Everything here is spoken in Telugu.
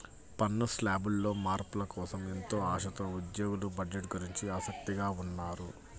పన్ను శ్లాబుల్లో మార్పుల కోసం ఎంతో ఆశతో ఉద్యోగులు బడ్జెట్ గురించి ఆసక్తిగా ఉన్నారు